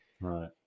Right